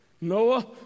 Noah